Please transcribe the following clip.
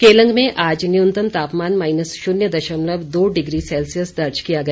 केलंग में आज न्यूनतम तापमान माईनस शून्य दशमलब दो डिग्री सेल्सियस दर्ज किया गया